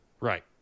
Right